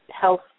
health